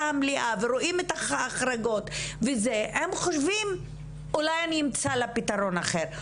המלאה ועל ההחרגות חושבים אולי ימצאו לה פתרון אחר,